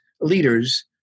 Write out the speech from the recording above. leaders